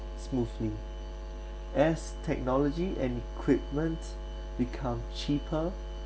smoothly as technology and equipment become cheaper